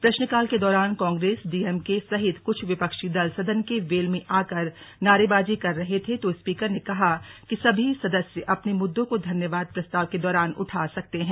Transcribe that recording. प्रश्नकाल के दौरान कांग्रेस डीएमके सहित कुछ विपक्षी दल सदन के वेल में आकर नारेबाजी कर रहे थे तो स्पीकर ने कहा कि सभी सदस्य अपने मुद्दों को धन्यवाद प्रस्ताव के दौरान उठा सकते हैं